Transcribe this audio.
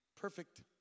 Perfect